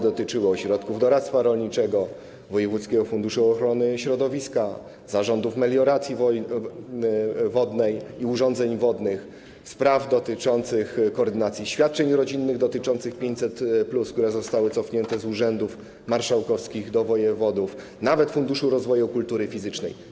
Dotyczyły one ośrodków doradztwa rolniczego, wojewódzkiego funduszu ochrony środowiska, zarządów melioracji wodnej i urządzeń wodnych, spraw związanych z koordynacją świadczeń rodzinnych, 500+, które zostały cofnięte z urzędów marszałkowskich do wojewodów, nawet Funduszu Rozwoju Kultury Fizycznej.